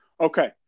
Okay